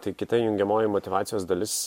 tai kita jungiamoji motyvacijos dalis